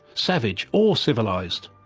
savage or civilised.